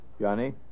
Johnny